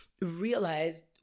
realized